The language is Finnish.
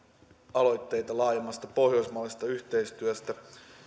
aloitteita laajemmasta pohjoismaisesta yhteistyöstä